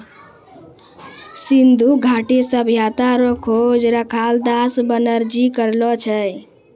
सिन्धु घाटी सभ्यता रो खोज रखालदास बनरजी करलो छै